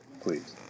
Please